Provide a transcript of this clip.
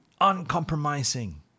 uncompromising